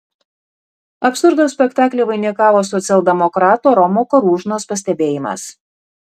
absurdo spektaklį vainikavo socialdemokrato romo karūžnos pastebėjimas